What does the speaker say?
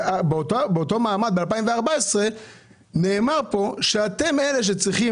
באותו מעמד ב-2014 נאמר פה שאתם אלה שצריכים